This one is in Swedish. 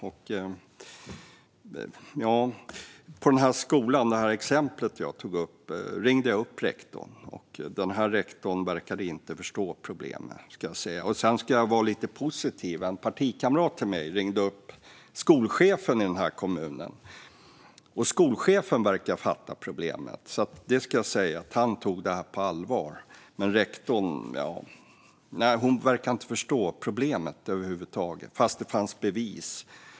Rektorn på skolan i exemplet som jag nämnde har jag ringt upp. Hon verkade inte förstå problemet. Sedan ska jag vara lite positiv. En partikamrat till mig ringde upp skolchefen i kommunen. Han tog detta på allvar och verkade fatta problemet. Men rektorn verkade inte förstå problemet över huvud taget, fast det fanns bevis.